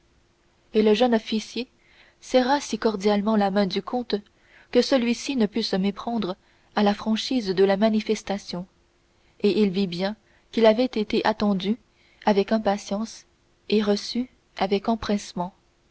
et le jeune officier serra si cordialement la main du comte que celui-ci ne put se méprendre à la franchise de la manifestation et il vit bien qu'il avait été attendu avec impatience et reçu avec empressement